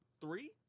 three